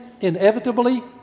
inevitably